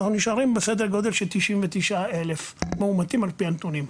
אנחנו נשארים בסדר גודל של 99 אלף מאומתים על פי הנתונים.